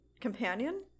companion